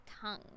tongue